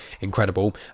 incredible